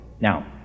Now